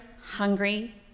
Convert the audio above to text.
hungry